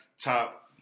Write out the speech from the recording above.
top